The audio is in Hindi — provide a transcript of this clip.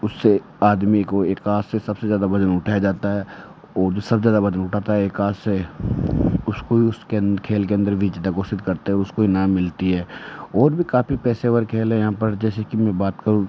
उससे आदमी को एक हाथ से सबसे ज़्यादा वज़न उठाया जाता है और जो सबसे ज़्यादा वज़न उठाता है एक हाथ से उसको ही उसके अं खेल के अंदर विजेता घोषित करते हैं उसको इनाम मिलती है और भी काफ़ी पेशेवर खेल हैं यहाँ पर जैसे कि मैं बात करूँ